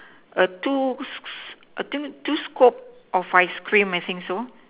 err two sc~ two scoop of ice cream I think so